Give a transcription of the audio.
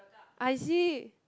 I see